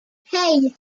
hey